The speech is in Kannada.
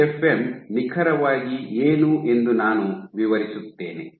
ಟಿಎಫ್ಎಂ ನಿಖರವಾಗಿ ಏನು ಎಂದು ನಾನು ವಿವರಿಸುತ್ತೇನೆ